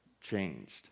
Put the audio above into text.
changed